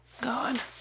God